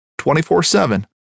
24-7